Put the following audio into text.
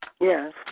Yes